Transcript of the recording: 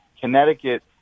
Connecticut